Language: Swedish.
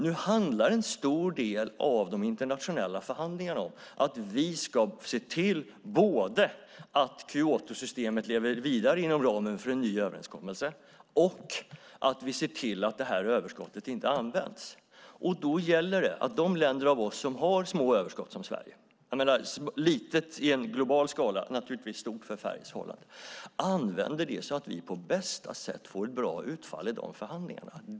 Nu handlar en stor del av de internationella förhandlingarna om att vi ska se till både att Kyotosystemet lever vidare inom ramen för en ny överenskommelse och att det här överskottet inte används. Då gäller det att de länder som Sverige som har ett litet överskott - litet i global skala, naturligtvis stort för svenska förhållanden - använder det på bästa sätt för att få ett bra utfall i förhandlingarna.